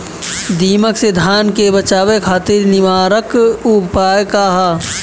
दिमक से धान के बचावे खातिर निवारक उपाय का ह?